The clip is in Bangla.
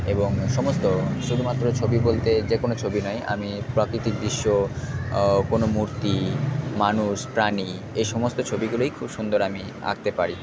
এবং সমস্ত শুধুমাত্র ছবি বলতে যে কোনো ছবি নয় আমি প্রাকৃতিক দৃশ্য কোনো মূর্তি মানুষ প্রাণী এসমস্ত ছবিগুলোই খুব সুন্দর আমি আঁকতে পারি